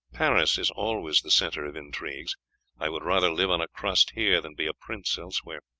paris is always the centre of intrigues i would rather live on a crust here than be a prince elsewhere